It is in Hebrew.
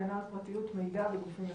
הגנה על פרטיות מידע בגופים אזרחיים.